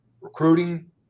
recruiting